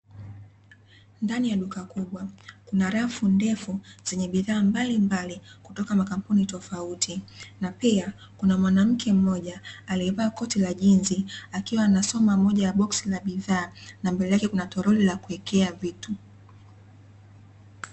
Ndani ya duka kubwa, kuna rafu ndefu zenye bidhaa mbalimbali kutoka makampuni tofauti, na pia kuna mwanamke mmoja aliyevaa koti la jinsi akiwa anasoma moja ya boksi la bidhaa, na mbele yake kuna toroli la kuwekea vitu.